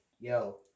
yo